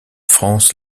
france